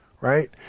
right